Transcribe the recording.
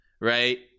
right